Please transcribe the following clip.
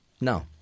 No